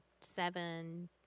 seven